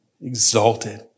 exalted